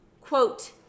quote